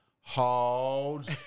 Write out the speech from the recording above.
Hold